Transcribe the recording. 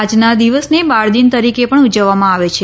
આજના દિવસને બાળદિન તરીકે પણ ઉજવવામાં આવે છે